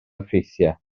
effeithiau